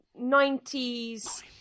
90s